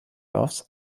offs